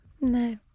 No